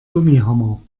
gummihammer